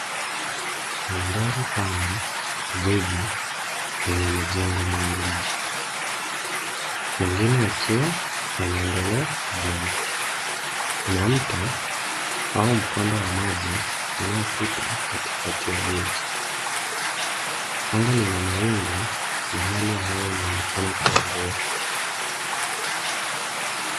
Manthari pana ya jiji lenye majengo mengi marefu, mengine yakiwa yanaendelea kujengwa. Kuna mto au mkondo wa maji unaopita katikati ya jiji. Anga lina mawingu na hali ya hewa inaonekana kuwa nzuri.